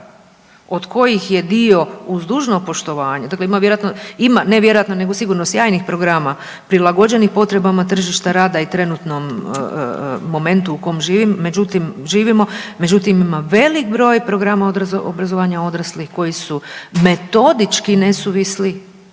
Od kojih je dio uz dužno poštovanje dakle ima vjerojatno, ima, ne vjerojatno nego sigurno sjajnih programa prilagođenih potrebama tržišta rada i trenutnom momentu u kom živim, međutim, živimo, međutim ima velik broj programa obrazovanja odraslih koji su metodični nesuvisli